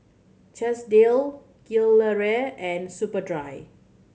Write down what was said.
Chesdale Gilera and Superdry